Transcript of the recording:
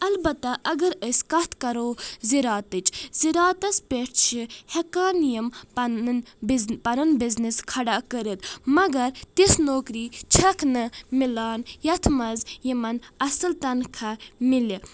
البتہ اگر أسۍ کتھ کرو ذراتٕچ ذراتس پٮ۪ٹھ چھِ ہٮ۪کان یِم پنُن بِز پنُن بِزنِس کھڑا کٔرتھ مگر تِژھ نوکٔری چھکھ نہٕ مِلان یتھ منٛز یِمن اصل نتخاہ مِلہِ